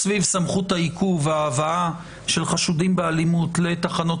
סביב סמכות העיכוב וההבאה של החשודים באלימות לתחנות